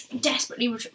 desperately